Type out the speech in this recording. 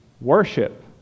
worship